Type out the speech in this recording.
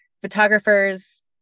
photographers